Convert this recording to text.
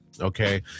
Okay